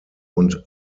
und